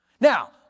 Now